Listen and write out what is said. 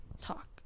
talk